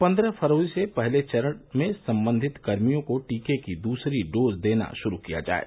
पन्द्रह फरवरी से पहले चरण में संबंधित कर्मियों को टीके की दूसरी डोज देना शुरू किया जाये